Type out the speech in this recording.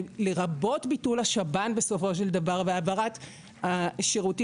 ולרבות ביטול השב"ן בסופו של דבר והעברת השירותים